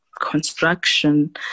construction